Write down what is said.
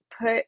put